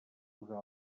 posar